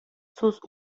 sus